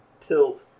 Tilt